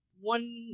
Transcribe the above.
one